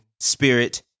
Spirit